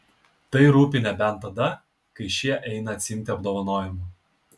tai rūpi nebent tada kai šie eina atsiimti apdovanojimų